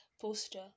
Poster